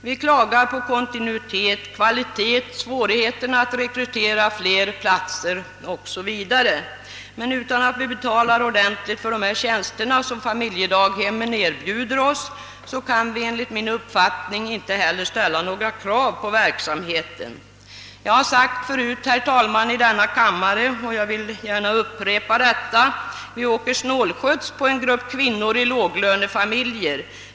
Vi klagar på kontinuiteten och kvaliteten, och vi framhåller svårigheterna med att få fler vårdplatser 0. s. V., men enligt min uppfattning kan vi inte ställa några krav på verksamheten om vi inte betalar ordentligt för de tjänster som familjedaghemmen erbjuder. Jag har tidigare i denna kammare framhållit, och jag vill gärna upprepa det, att vi här åker snålskjuts på en grupp kvinnor i låglönefamiljer.